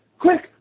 Quick